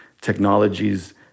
technologies